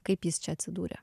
kaip jis čia atsidūrė